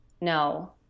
No